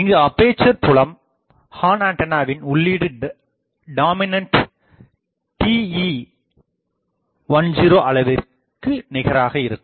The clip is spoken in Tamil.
இங்கு அப்பேசர் புலம் ஹார்ன் ஆண்டனாவின் உள்ளீடு டாமினாண்ட் TE10 அளவிற்கு நிகராக இருக்கும்